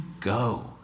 go